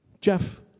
Jeff